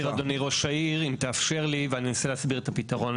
אדוני ראש העיר אם תאפשר לי אני אנסה להסביר את הפתרון.